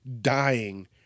dying